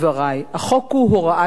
החוק הוא הוראת שעה.